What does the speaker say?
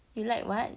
you like what